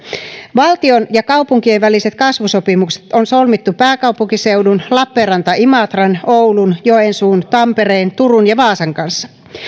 valtion ja kaupunkien väliset kasvusopimukset on solmittu pääkaupunkiseudun lappeenranta imatran oulun joensuun tampereen turun ja vaasan kanssa